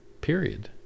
period